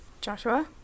joshua